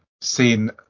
seen